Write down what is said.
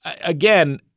again